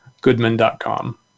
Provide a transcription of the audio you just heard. goodman.com